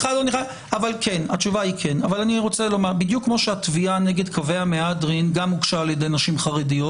אבל בדיוק כמו שהתביעה נגד קווי המהדרין גם הוגשה על ידי נשים חרדיות,